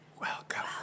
Welcome